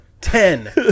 Ten